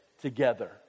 together